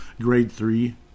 grade-three